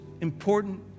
important